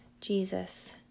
Jesus